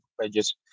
pages